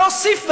והוסיף ואמר: